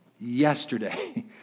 yesterday